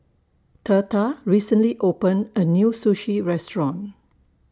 Theta recently opened A New Sushi Restaurant